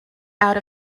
out